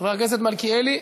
חבר הכנסת מלכיאלי,